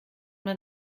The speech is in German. man